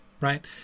right